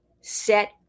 set